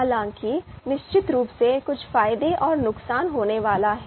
हालाँकि निश्चित रूप से कुछ फायदे और नुकसान होने वाले हैं